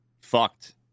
fucked